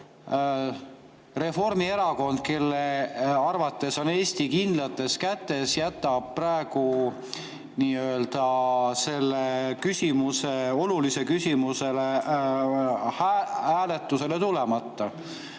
Reformierakond, kelle arvates on Eesti kindlates kätes, jätab praegu selle olulise küsimuse hääletusele tulemata.